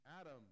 Adam